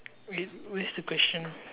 wait where's the question